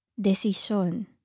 Decision